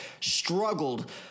struggled